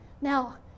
Now